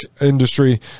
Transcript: industry